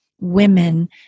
women